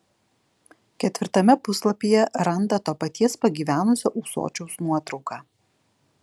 ketvirtame puslapyje randa to paties pagyvenusio ūsočiaus nuotrauką